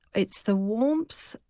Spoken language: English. it's the warmth.